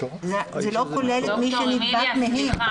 זה לא כולל את מי שנדבק מהם.